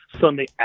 Sunday